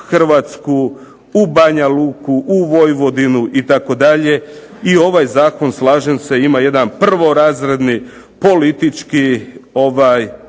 HRvatsku, u Banja Luku, u Vojvodinu itd. i ovaj zakon slažem se ima jedan prvorazredni, politički možda